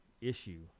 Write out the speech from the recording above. issue